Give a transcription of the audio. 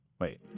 Wait